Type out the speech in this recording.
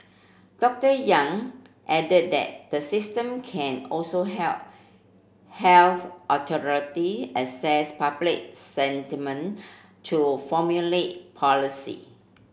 Doctor Yang added that the system can also help health authority assess public sentiment to formulate policy